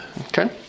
Okay